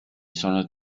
sono